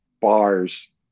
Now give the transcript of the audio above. bars